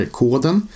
koden